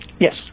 Yes